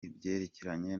ibyerekeranye